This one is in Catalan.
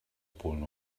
punt